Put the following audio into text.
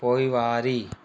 पोइवारी